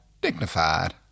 dignified